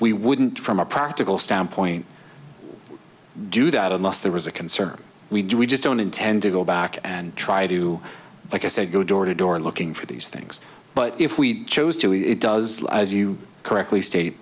we wouldn't from a practical standpoint do that unless there was a concern we do we just don't intend to go back and try to like i said go door to door looking for these things but if we chose to it does as you correctly state